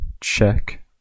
check